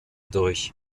durch